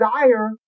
desire